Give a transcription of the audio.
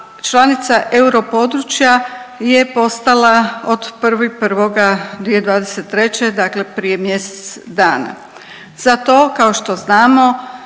članica europodručja je postala od 1.1.2023., dakle prije mjesec dana, za to kao što znamo